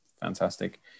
fantastic